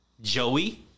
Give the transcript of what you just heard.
Joey